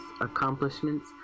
accomplishments